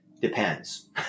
depends